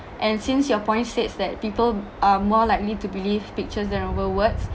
and since your points states that people are more likely to believe pictures than over words